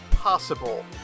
possible